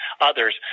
others